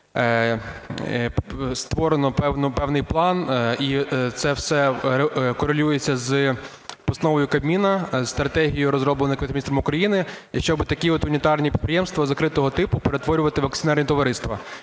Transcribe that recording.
створено певний план, і це все корелюється з Постановою Кабміну, Стратегією розробленої Кабінетом Міністрів України, щоб такі унітарні підприємства закритого типу перетворювати в акціонерні товариства.